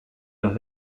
los